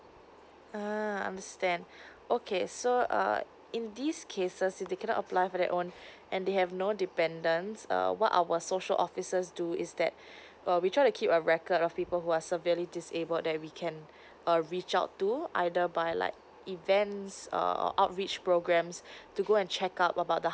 uh I understand okay so uh in these cases they cannot apply for their own and they have no dependence uh what our social officers do is that uh we try to keep a record of people who are severely disabled that we can uh reach out to either by like events or out reach programs to go and check out about the